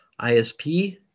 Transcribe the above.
ISP